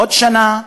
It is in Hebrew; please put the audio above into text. עוד שנה,